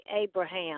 Abraham